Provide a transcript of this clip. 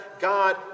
God